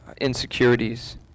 insecurities